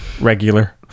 regular